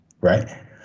Right